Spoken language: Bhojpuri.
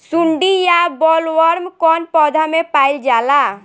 सुंडी या बॉलवर्म कौन पौधा में पाइल जाला?